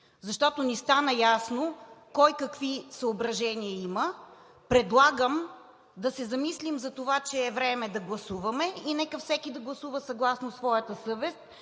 защото не стана ясно кой и какви съображения има. Предлагам да се замислим за това, че е време да се гласува, и нека всеки да гласува съгласно своята съвест,